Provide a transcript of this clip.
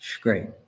Great